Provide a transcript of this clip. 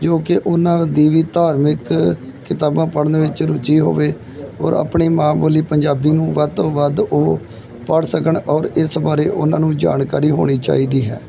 ਜੋ ਕਿ ਉਹਨਾਂ ਦੀ ਵੀ ਧਾਰਮਿਕ ਕਿਤਾਬਾਂ ਪੜ੍ਹਨ ਵਿੱਚ ਰੁਚੀ ਹੋਵੇ ਔਰ ਆਪਣੀ ਮਾਂ ਬੋਲੀ ਪੰਜਾਬੀ ਨੂੰ ਵੱਧ ਤੋਂ ਵੱਧ ਉਹ ਪੜ੍ਹ ਸਕਣ ਔਰ ਇਸ ਬਾਰੇ ਉਹਨਾਂ ਨੂੰ ਜਾਣਕਾਰੀ ਹੋਣੀ ਚਾਹੀਦੀ ਹੈ